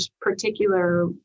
particular